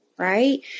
Right